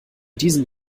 diesem